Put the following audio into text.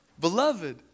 beloved